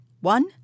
One